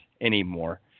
anymore